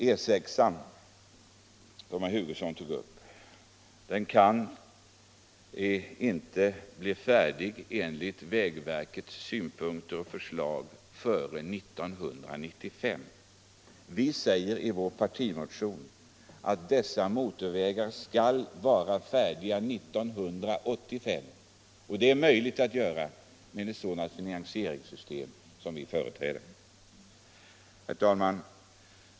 E 6, som herr Hugosson tog upp, kan enligt vägverkets synpunkter och förslag inte bli färdig före 1995. Vi säger i vår partimotion att dessa motorvägar skall vara färdiga 1985 — och det är möjligt med ett sådant finansieringssystem som vi föreslår. Herr talman!